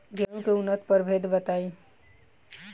गेंहू के उन्नत प्रभेद बताई?